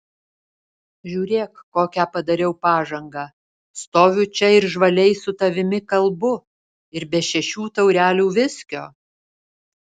žiūrėk kokią padariau pažangą stoviu čia ir žvaliai su tavimi kalbu ir be šešių taurelių viskio